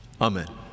Amen